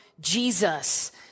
Jesus